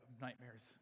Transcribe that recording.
nightmares